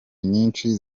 nyinshi